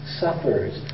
suffers